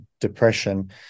depression